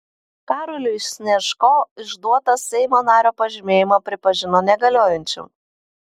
karoliui snežko išduotą seimo nario pažymėjimą pripažino negaliojančiu